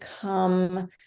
come